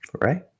Right